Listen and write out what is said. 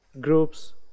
groups